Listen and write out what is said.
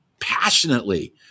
passionately